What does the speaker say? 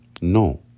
No